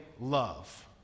love